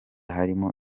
harimo